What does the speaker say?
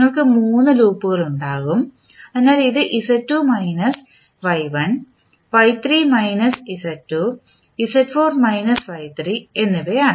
നിങ്ങൾക്ക് മൂന്ന് ലൂപ്പുകൾ ഉണ്ടാകും അതിനാൽ ഇത് Z2 minus Y1 Y3 minus Z2 Z4 minus Y3 എന്നിവയാണ്